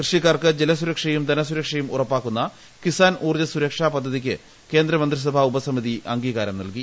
കൃഷിക്കാർക്ക് ജല സുരക്ഷയും ധന സുരക്ഷയും ഉറപ്പാക്കുന്ന കിസാൻ ഊർജ്ജ സുരക്ഷാ പദ്ധതിയ്ക്ക് കേന്ദ്ര മന്ത്രിസഭാ ഉപസമിതി അംഗീകാരം നൽകി